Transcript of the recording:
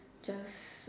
just